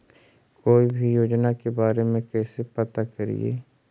कोई भी योजना के बारे में कैसे पता करिए?